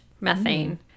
methane